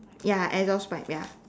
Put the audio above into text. ya exhaust pipe ya